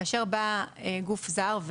כאשר בא גוף זר,